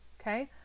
okay